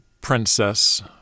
Princess